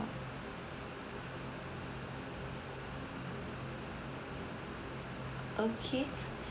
okay